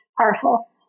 powerful